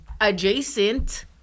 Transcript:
adjacent